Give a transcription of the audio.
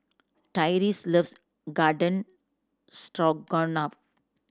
Tyreese loves Garden Stroganoff